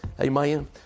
Amen